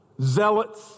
zealots